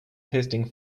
testing